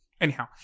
Anyhow